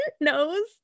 nose